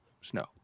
Snow